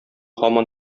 һаман